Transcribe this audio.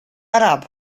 arab